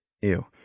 Ew